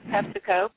PepsiCo